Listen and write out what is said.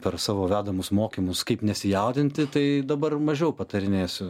per savo vedamus mokymus kaip nesijaudinti tai dabar mažiau patarinėsiu